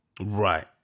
Right